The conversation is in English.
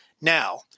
Now